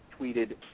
tweeted